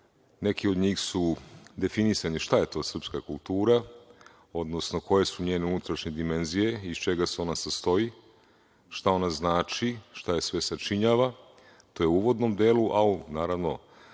Neki od njih su definisali šta je to srpska kultura, odnosno koje su njene unutrašnje dimenzije, iz čega se ona sastoji, šta ona znači, šta je sve sačinjava. To je u uvodnom delu. U daljem